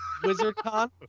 WizardCon